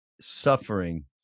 suffering